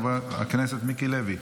חבר הכנסת מיקי לוי,